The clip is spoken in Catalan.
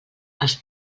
als